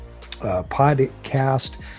podcast